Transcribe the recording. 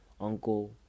uncle